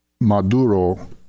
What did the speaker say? Maduro